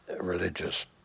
religious